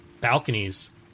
balconies